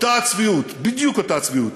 אותה הצביעות, בדיוק אותה הצביעות,